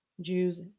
Jews